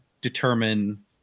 determine